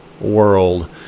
world